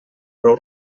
prou